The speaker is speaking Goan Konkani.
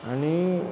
आनी